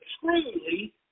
truly